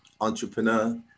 entrepreneur